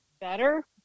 better